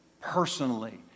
personally